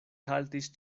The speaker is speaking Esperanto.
haltis